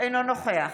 אינו נוכח